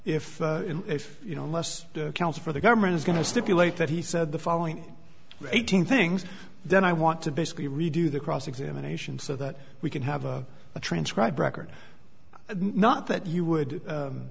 if if you know less counts for the government is going to stipulate that he said the following eighteen things then i want to basically redo the cross examination so that we can have a transcribed record not that you would